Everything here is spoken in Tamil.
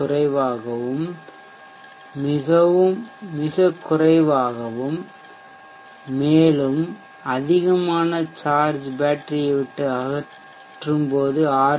குறைவாகவும் மிகக் குறைவாகவும் மேலும் அதிகமான சார்ஜ் பேட்டரியை விட்டு அகற்றும்போது ஆர்